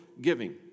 giving